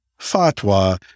fatwa